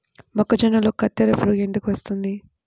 మొక్కజొన్నలో కత్తెర పురుగు ఎందుకు వస్తుంది?